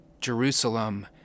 Jerusalem